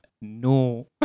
no